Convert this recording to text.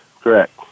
Correct